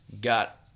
got